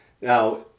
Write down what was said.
Now